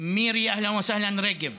ומירי "אהלן וסהלן" רגב